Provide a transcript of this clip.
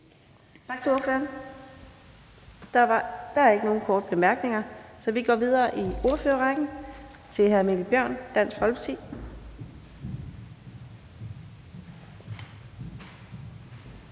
Tak til ordføreren. Der er ikke nogen korte bemærkninger, så vi går videre i ordførerrækken til fru Helle Bonnesen fra